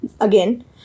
Again